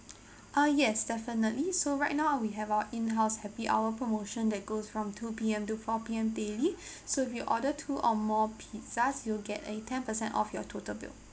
uh yes definitely so right now we have our in house happy hour promotion that goes from two P_M to four P_M daily so you order two or more pizzas you'll get a ten percent off your total bill